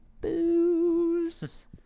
booze